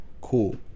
Cool